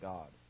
God